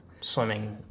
swimming